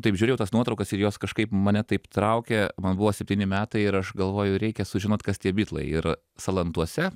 taip žiūrėjau tas nuotraukas ir jos kažkaip mane taip traukė man buvo septyni metai ir aš galvoju reikia sužinot kas tie bitlai ir salantuose